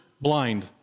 blind